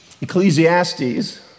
Ecclesiastes